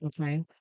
okay